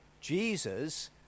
Jesus